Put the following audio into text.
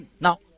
Now